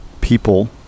people